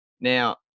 Now